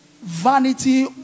vanity